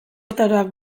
urtaroak